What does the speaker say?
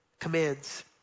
commands